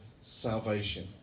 salvation